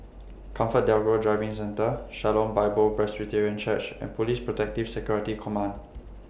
ComfortDelGro Driving Centre Shalom Bible Presbyterian Church and Police Protective Security Command